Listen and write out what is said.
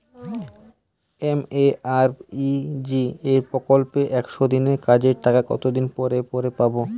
MNREGA প্রকল্পে একশ দিনের কাজের টাকা কতদিন পরে পরে পাব?